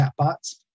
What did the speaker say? chatbots